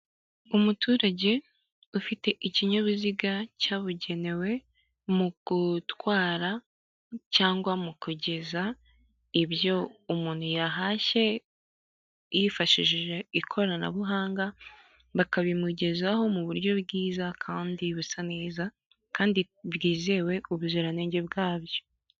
Umuturage ufite ikinyabiziga cyabugenewe mu gutwara cyangwa mu kugeza ibyo umuntu yahashye yifashishije ikoranabuhanga, bakabimugezaho mu buryo bwiza kandi busa neza kandi bwizewe ubuziranenge bwabyo.